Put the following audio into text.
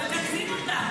ומכנסים אותה.